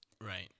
Right